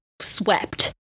swept